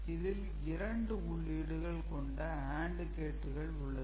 இதில் 2 உள்ளீடுகள் கொண்ட AND கேட்டுகள் உள்ளது